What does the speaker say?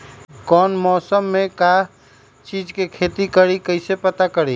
कौन मौसम में का चीज़ के खेती करी कईसे पता करी?